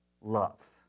love